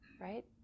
right